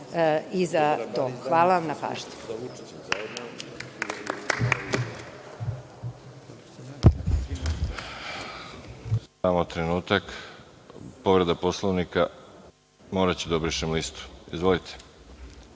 i za to. Hvala vam na pažnji.